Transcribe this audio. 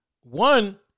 one